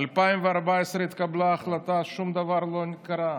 ב-2014 התקבלה ההחלטה, ושום דבר לא קרה.